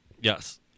Yes